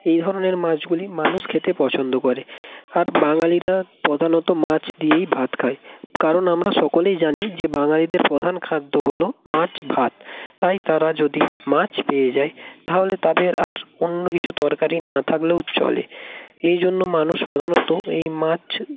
এই ধরনের মাছগুলি মানুষ খেতে পছন্দ করে আর বাঙালিরা প্রধাণত মাছ দিয়েই ভাত খায় কারণ আমরা সকলেই জানি যে বাঙালিদের প্রধান খাদ্য হল মাছ ভাত তাই তারা যদি মাছ পেয়ে যায় তাহলে তাদের আর অন্য কিছু তরকারি না থাকলেও চলে এই জন্য মানুষ প্রধানত এই মাছ